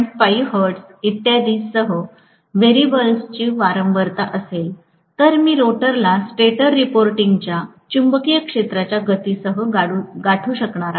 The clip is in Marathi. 5 हर्ट्ज इत्यादी सह व्हेरिएबलची वारंवारता असेल तर मी रोटरला स्टेटर रिपोर्टिंगच्या चुंबकीय क्षेत्राच्या गतीसह गाठू शकणार आहे